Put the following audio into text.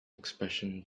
expression